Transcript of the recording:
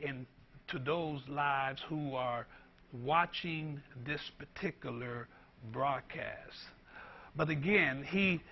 in to those lives who are watching this particular broadcasts but again he